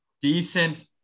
Decent